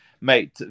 mate